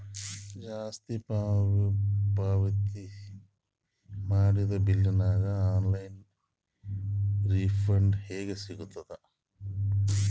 ಜಾಸ್ತಿ ಪಾವತಿ ಮಾಡಿದ ಬಿಲ್ ಗ ಆನ್ ಲೈನ್ ರಿಫಂಡ ಹೇಂಗ ಸಿಗತದ?